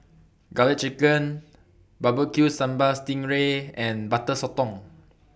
Garlic Chicken Bbq Sambal Sting Ray and Butter Sotong